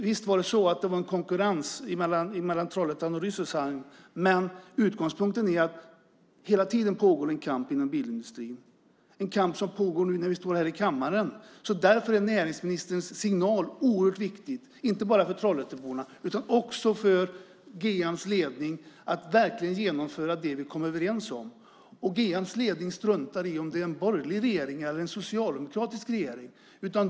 Visst var det en konkurrens mellan Trollhättan och Rüsselsheim, men utgångspunkten är att det hela tiden pågår en kamp inom bilindustrin. Det är en kamp som pågår nu när vi står här i kammaren. Därför är näringsministerns signal oerhört viktig, inte bara för Trollhätteborna utan också för GM:s ledning att vi verkligen genomför det som vi kom överens om. GM:s ledning struntar i om det är en borgerlig regering eller en socialdemokratisk regering.